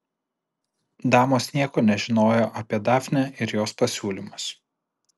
damos nieko nežinojo apie dafnę ir jos pasiūlymus